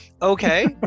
Okay